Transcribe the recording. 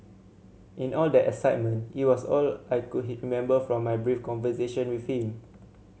in all that excitement it was all I could remember from my brief conversation with him